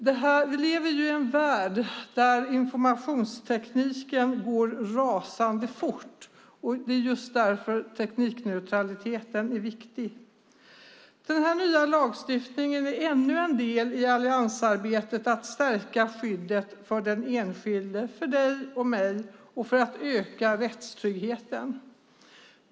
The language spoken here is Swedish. Vi lever i en värld där informationstekniken går rasande fort framåt, och det är just därför som teknikneutraliteten är viktig. Den här nya lagstiftningen är ännu en del i alliansarbetet med att stärka skyddet för den enskilde, för dig och mig, och för att öka rättstryggheten.